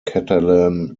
catalan